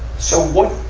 so what,